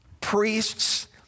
priests